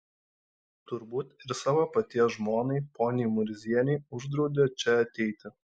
turbūt ir savo paties žmonai poniai murzienei uždraudė čia ateiti